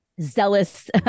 zealous